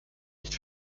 nicht